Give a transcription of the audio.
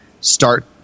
start